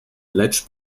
lecz